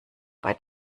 bei